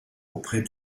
auprès